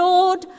Lord